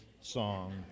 song